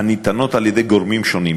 הניתנות על-ידי גורמים שונים,